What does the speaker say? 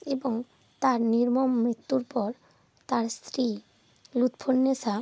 এবং তার নির্মম মৃত্যুর পর তার স্ত্রী লুৎফুন্নেসা